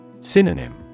Synonym